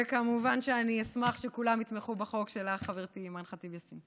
וכמובן שאני אשמח שכולם יתמכו בחוק של חברתי אימאן ח'טיב יאסין.